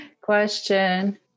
question